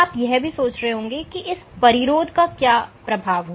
आप यह भी सोच रहे होंगे कि इस परिरोध का क्या प्रभाव होगा